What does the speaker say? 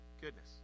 goodness